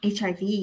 HIV